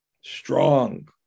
strong